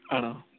ആണോ